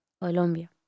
Colombia